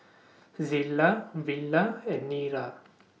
Zillah Villa and Nira